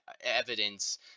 evidence